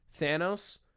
Thanos